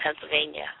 Pennsylvania